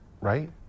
right